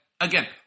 again